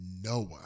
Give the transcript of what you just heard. Noah